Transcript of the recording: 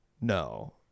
no